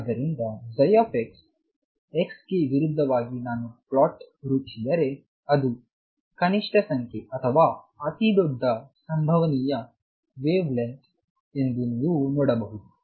ಆದ್ದರಿಂದx x ಗೆ ವಿರುದ್ಧವಾಗಿ ನಾನು ಪ್ಲಾಟ್ ರೂಪಿಸಿದರೆ ಅದು ಕನಿಷ್ಟ ಸಂಖ್ಯೆ ಅಥವಾ ಅತಿದೊಡ್ಡ ಸಂಭವನೀಯ ವೇವ್ ಲೆಂತ್ ಎಂದು ನೀವು ನೋಡಬಹುದು